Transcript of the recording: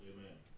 Amen